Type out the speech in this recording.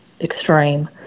extreme